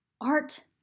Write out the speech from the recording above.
art